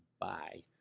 bye